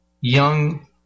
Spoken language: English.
young